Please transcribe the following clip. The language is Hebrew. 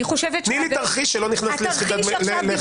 תני לי תרחיש שלא נכנס לסחיטה באיומים.